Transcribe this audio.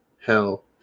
Hell